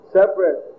separate